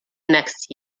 next